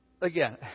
Again